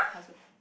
husband